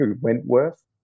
Wentworth